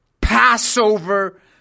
Passover